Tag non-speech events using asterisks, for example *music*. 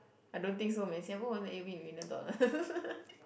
I don't think so man Singapore won't let you win a million dollar *laughs*